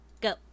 go